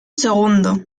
segundo